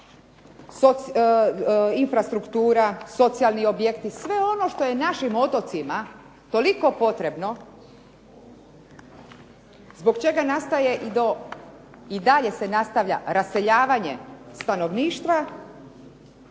infrastruktura, socijalni objekti sve ono što je našim otocima toliko potrebno zbog čega nastaje i dalje se nastavlja raseljavanje stanovništva,